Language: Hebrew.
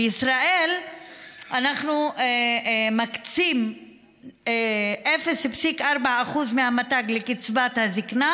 בישראל אנחנו מקצים 0.4% מהתמ"ג לקצבת הזקנה,